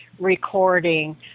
recording